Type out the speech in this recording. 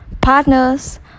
partners